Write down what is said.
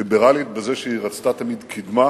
ליברלית בזה שהיא רצתה תמיד קדמה